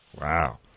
Wow